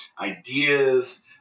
ideas